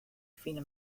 fine